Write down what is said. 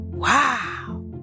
Wow